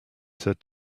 said